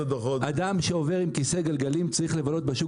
אדם שעובר עם כיסא גלגלים צריך לבלות בשוק